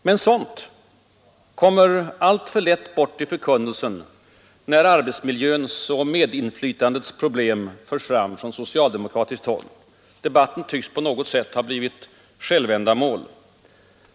Men sådant kommer alltför lätt bort i förkunnelsen, när arbetsmiljöns och medinflytandets problem förs fram från socialdemokratiskt håll. Debatten tycks på något sätt ha blivit självändamål.